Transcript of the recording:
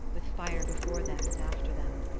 with fire before them and after them.